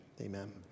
amen